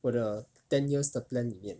我的 ten years 的 plan 里面